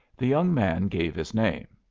the young man gave his name.